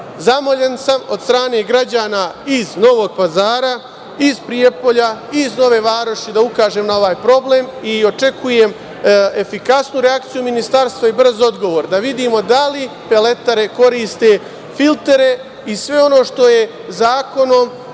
Zamoljen sam od strane građana iz Novog Pazara, iz Prijepolja, iz Nove Varoši da ukažem na ovaj problem i očekujem efikasnu reakciju ministarstva i brz odgovor da vidimo da li peletare koriste filtere i sve ono što je Zakonom